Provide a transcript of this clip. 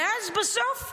ואז בסוף,